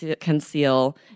conceal